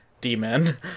demon